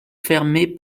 fermées